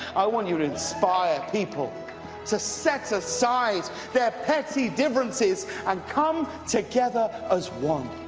i want you to inspire people to set aside their petty differences and come together as one.